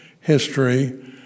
history